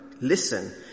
Listen